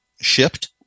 shipped